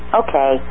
okay